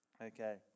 Okay